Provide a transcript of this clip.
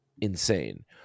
insane